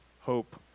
Hope